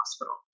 hospital